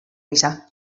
gisa